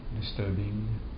disturbing